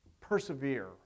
persevere